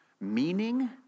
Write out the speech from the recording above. meaning